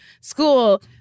school